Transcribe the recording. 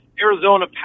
Arizona